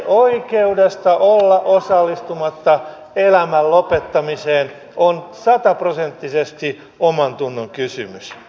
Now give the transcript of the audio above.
oikeus olla osallistumatta elämän lopettamiseen on sataprosenttisesti omantunnonkysymys